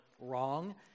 wrong